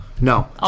no